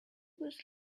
was